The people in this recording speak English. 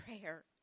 Prayer